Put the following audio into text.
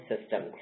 System